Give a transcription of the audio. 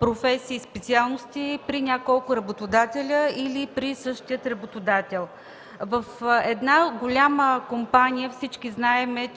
професии и специалности при няколко работодатели или при същия работодател. Всички знаем, че в една голяма компания